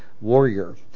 warrior